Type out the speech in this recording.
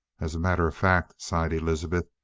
as a matter of fact, sighed elizabeth,